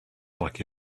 like